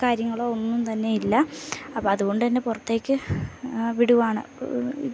കാര്യങ്ങളോ ഒന്നും തന്നെ ഇല്ല അപ്പ അതുകൊണ്ട് തന്നെ പുറത്തേക്ക് വിടുകയാണ്